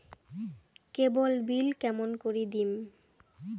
কেবল bill কেমন করি দিম?